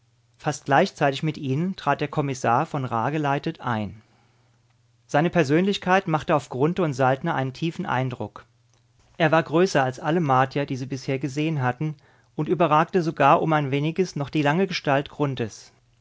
fast gleichzeitig mit ihnen trat der kommissar von ra geleitet ein seine persönlichkeit machte auf grunthe und saltner einen tiefen eindruck er war größer als alle martier die sie bisher gesehen hatten und überragte sogar um ein weniges noch die lange gestalt